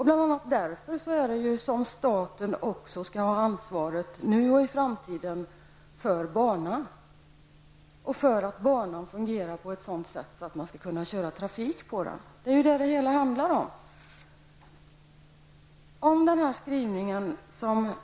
Bl.a. därför skall staten ha ansvaret nu och i framtiden för att banan fungerar på ett sådant sätt att man kan köra trafik på den. Det är ju vad det hela handlar om.